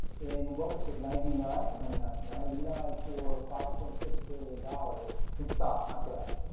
in what was it, ninety nine? ninety nine, yeah. ninety nine for five point six billion dollars. in stock, not cash.